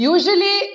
Usually